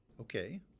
Okay